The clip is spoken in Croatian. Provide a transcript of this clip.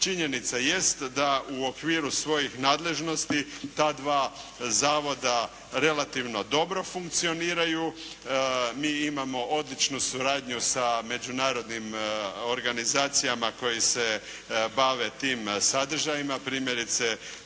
Činjenica jest da u okviru svojih nadležnosti ta dva zavoda relativno dobro funkcioniraju. Mi imamo odličnu suradnju sa međunarodnim organizacijama koje se bave tim sadržajima, primjerice